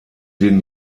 den